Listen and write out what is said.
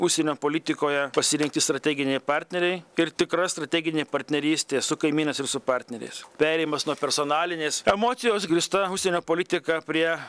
užsienio politikoje pasirinkti strateginiai partneriai ir tikra strateginė partnerystė su kaimynais ir su partneriais perėjimas nuo personalinės emocijos grįsta užsienio politika prie